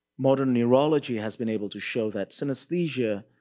modern neurology has been able to show that synesthesia,